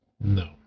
No